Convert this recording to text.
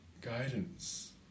guidance